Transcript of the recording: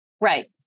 Right